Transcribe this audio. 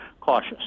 cautious